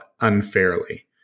unfairly